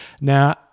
Now